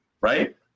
right